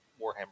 Warhammer